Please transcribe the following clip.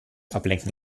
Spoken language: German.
ablenken